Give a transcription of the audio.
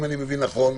אם אני מבין נכון,